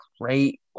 great